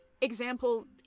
example